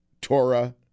Torah